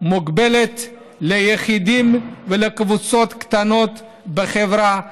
מוגבלת ליחידים ולקבוצות קטנות בחברה האמריקנית,